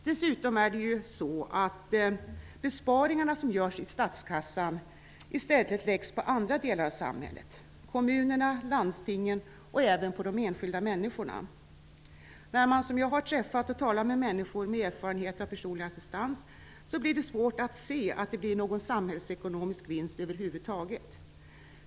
Dessutom är det ju så att de besparingar som görs i statskassan i stället läggs på andra delar av samhället, kommunerna, landstingen och även på de enskilda människorna. När man som jag har träffat och talat med människor med erfarenhet av personlig assistans så blir det svårt att se att det blir någon samhällsekonomisk vinst över huvud taget.